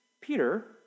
Peter